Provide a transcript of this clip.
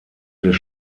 des